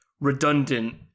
redundant